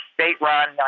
state-run